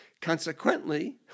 Consequently